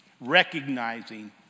recognizing